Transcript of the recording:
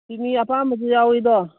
ꯆꯤꯅꯤ ꯑꯄꯥꯝꯕꯁꯨ ꯌꯥꯎꯏꯗꯣ